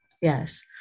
yes